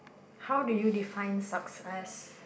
how do you define success